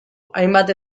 hainbat